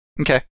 Okay